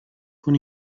con